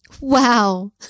Wow